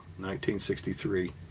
1963